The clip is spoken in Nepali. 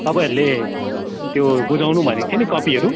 तपईँहरूले त्यो बुझाउनु भनेको थियो नि कपीहरू